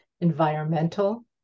environmental